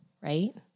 right